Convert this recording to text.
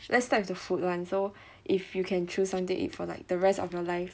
let's start with the food one so if you can choose something to eat for like the rest of your life